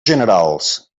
generals